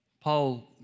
Paul